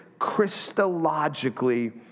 Christologically